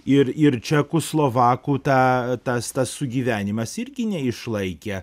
ir ir čekų slovakų tą tas tas sugyvenimas irgi neišlaikė